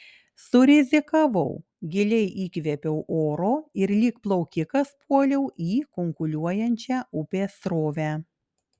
surizikavau giliai įkvėpiau oro ir lyg plaukikas puoliau į kunkuliuojančią upės srovę